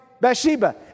Bathsheba